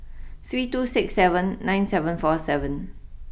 three two six seven nine seven four seven